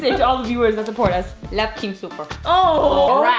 say to all the viewers that support us? love team super. aw! oh